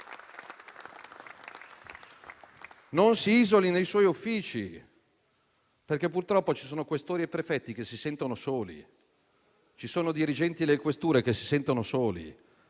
Non si isoli nei suoi uffici, perché purtroppo ci sono questori e prefetti che si sentono soli; ci sono dirigenti delle questure che si sentono soli;